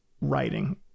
writing